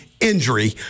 injury